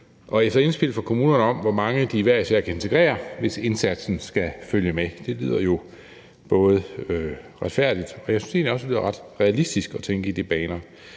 og efter indspil fra kommunerne om, hvor mange de hver især kan integrere, hvis indsatsen skal følge med. Det lyder jo både retfærdigt og, synes jeg, egentlig også ret realistisk at tænke i de baner.